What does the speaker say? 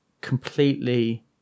completely